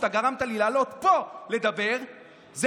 שאתה גרמת לי לעלות לדבר פה,